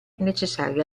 necessaria